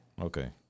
Okay